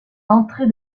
l’entrée